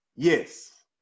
Yes